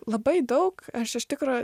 labai daug aš iš tikro